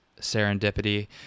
serendipity